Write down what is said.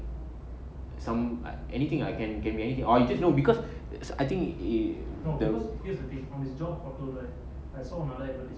some anything lah can can be anything oh because I think